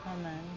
Amen